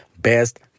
best